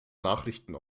nachrichten